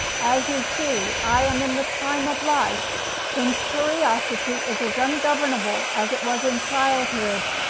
as you see, i am in the time of life when curiosity is as ungovernable as it was in childhood,